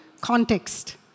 context